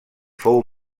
fou